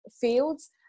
fields